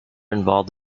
involved